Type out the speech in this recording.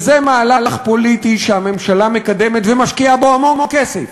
זה מהלך פוליטי שהממשלה מקדמת ומשקיעה בו המון כסף.